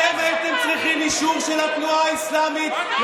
אתם הייתם צריכים אישור של התנועה האסלאמית,